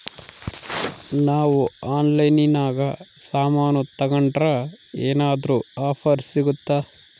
ನಾವು ಆನ್ಲೈನಿನಾಗ ಸಾಮಾನು ತಗಂಡ್ರ ಏನಾದ್ರೂ ಆಫರ್ ಸಿಗುತ್ತಾ?